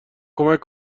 کمک